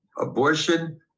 abortion